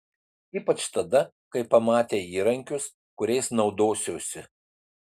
ypač tada kai pamatė įrankius kuriais naudosiuosi